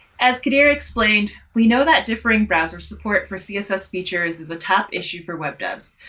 as kadir explained, we know that differing browsers support for css features is a top issue for web devs.